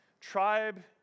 tribe